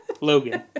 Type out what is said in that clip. Logan